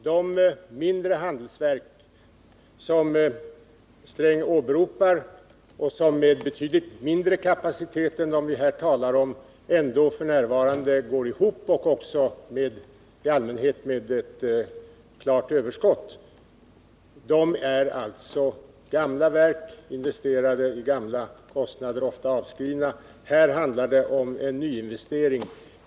De mindre handelsstålverk som Gunnar Sträng åberopar och som trots en betydligt mindre kapacitet än den vi här talar om ändå f. n. går ihop och också i allmänhet ger ett klart överskott är gamla verk, där investeringarna gjordes för länge sedan och kostnaderna ofta är avskrivna. Här handlar det om en nyinvestering.